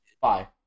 bye